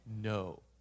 No